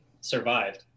survived